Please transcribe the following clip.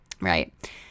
right